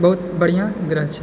बहुत बढ़िआँ ग्रह छै